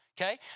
okay